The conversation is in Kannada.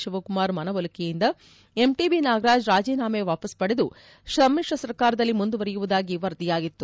ಶಿವಕುಮಾರ್ ಮನವೊಲಿಕೆಯಿಂದ ಎಂಟಿಬಿ ನಾಗರಾಜ್ ರಾಜೀನಾಮೆ ವಾಪಾಸ್ ಪಡೆದು ಸಮಿತ್ರ ಸರ್ಕಾರದಲ್ಲಿ ಮುಂದುವರೆಯುವುದಾಗಿ ವರದಿಯಾಗಿತ್ತು